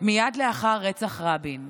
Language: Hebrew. מייד לאחר רצח רבין,